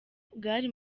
bwari